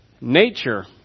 Nature